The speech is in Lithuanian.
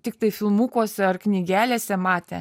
tiktai filmukuose ar knygelėse matę